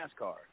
NASCAR